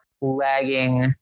lagging